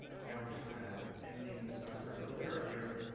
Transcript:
and, now, we're just, kind of, ending the semester a little bit earlier,